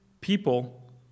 people